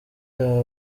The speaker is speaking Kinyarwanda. aha